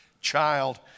child